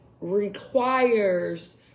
requires